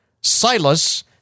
Silas